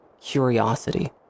curiosity